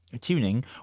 tuning